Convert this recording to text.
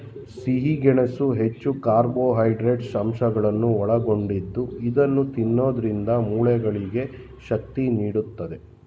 ಸಿಹಿ ಗೆಣಸು ಹೆಚ್ಚು ಕಾರ್ಬೋಹೈಡ್ರೇಟ್ಸ್ ಅಂಶಗಳನ್ನು ಒಳಗೊಂಡಿದ್ದು ಇದನ್ನು ತಿನ್ನೋದ್ರಿಂದ ಮೂಳೆಗೆ ಶಕ್ತಿ ನೀಡುತ್ತದೆ